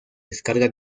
descarga